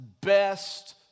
best